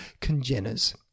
congeners